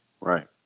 right